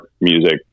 music